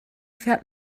fährt